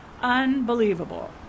unbelievable